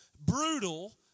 brutal